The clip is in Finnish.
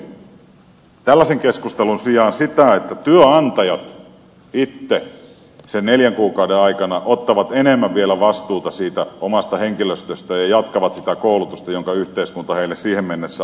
toivoisin tällaisen keskustelun sijaan sitä että työnantajat itse sen neljän kuukauden aikana ottavat enemmän vielä vastuuta siitä omasta henkilöstöstään ja jatkavat sitä koulutusta jonka yhteiskunta heille siihen mennessä on tarjonnut